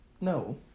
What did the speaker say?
no